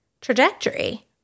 trajectory